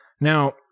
Now